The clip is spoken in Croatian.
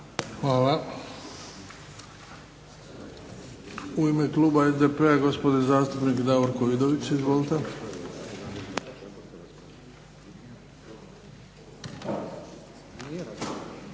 Hvala. U ime kluba HDSSB-a, gospodin zastupnik Boro Grubišić. Izvolite.